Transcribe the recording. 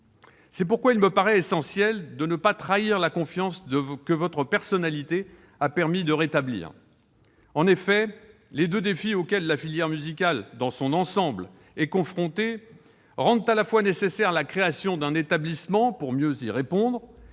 raison pour laquelle il me paraît essentiel de ne pas trahir la confiance que votre personnalité a permis de rétablir. En effet, les deux défis auxquels la filière musicale, dans son ensemble, est confrontée, rendent nécessaire la création d'un établissement pour mieux y répondre